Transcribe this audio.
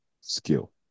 skill